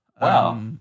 Wow